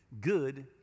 good